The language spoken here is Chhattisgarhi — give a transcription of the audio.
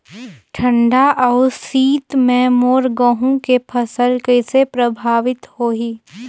ठंडा अउ शीत मे मोर गहूं के फसल कइसे प्रभावित होही?